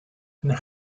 and